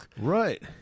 Right